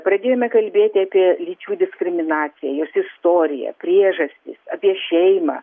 pradėjome kalbėti apie lyčių diskriminaciją jos istoriją priežastis apie šeimą